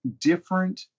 different